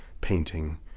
painting